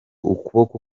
ukuboko